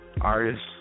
Artists